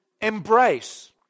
embrace